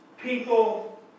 people